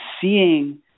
seeing